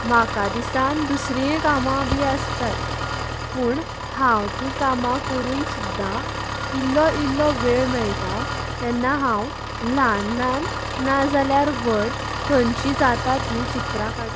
म्हाका दिसान दुसरीय कामां बीन आसताच पूण हांव ती कामां करून सुद्दां इल्लो इल्लो वेळ मेळटा तेन्ना हांव ल्हान ल्हान ना जाल्यार व्हड खंयची जाता तीं चित्रां काडटात